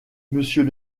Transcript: monsieur